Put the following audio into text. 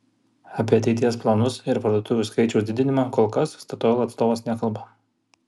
apie ateities planus ir parduotuvių skaičiaus didinimą kol kas statoil atstovas nekalba